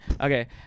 Okay